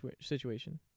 situation